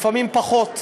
לפעמים פחות,